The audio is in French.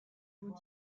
vous